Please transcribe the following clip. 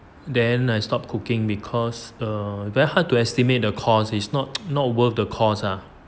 then I stopped cooking because err very hard to estimate the cost is not not worth the cost ah